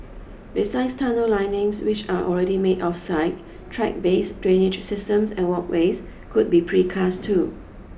besides tunnel linings which are already made off site track beds drainage systems and walkways could be precast too